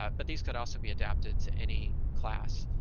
but but these could also be adapted to any class.